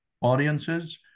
audiences